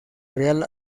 real